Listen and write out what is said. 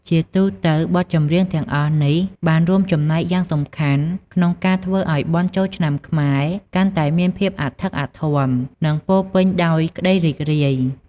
ជាទូទៅ បទចម្រៀងទាំងអស់នេះបានរួមចំណែកយ៉ាងសំខាន់ក្នុងការធ្វើឱ្យបុណ្យចូលឆ្នាំខ្មែរកាន់តែមានភាពអធិកអធម និងពោរពេញដោយក្ដីរីករាយ។